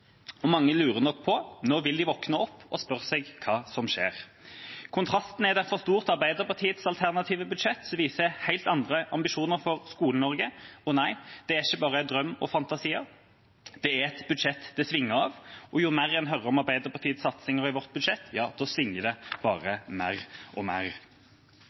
og mange lurer nok på når de vil våkne opp og spørre seg hva som skjer. Kontrasten er derfor stor til Arbeiderpartiets alternative budsjett, som viser helt andre ambisjoner for Skole-Norge. Og nei, det er ikke bare drøm og fantasier, det er et budsjett det «swinger» av, og jo mer en hører om Arbeiderpartiets satsinger i vårt budsjett, ja, da «swinger» det bare mer og mer.